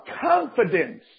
Confidence